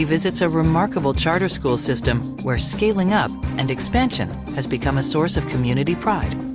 visits a remarkable charter school system where scaling-up and expansion has become a source of community pride.